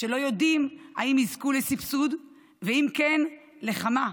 לא יודעים אם יזכו לסבסוד, ואם כן, לכמה.